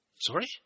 Sorry